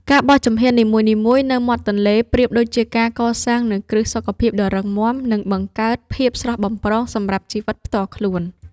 ការបោះជំហាននីមួយៗនៅមាត់ទន្លេប្រៀបដូចជាការកសាងនូវគ្រឹះសុខភាពដ៏រឹងមាំ និង បង្កើតភាពស្រស់បំព្រងសម្រាប់ជីវិតផ្ទាល់ខ្លួន។